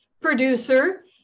producer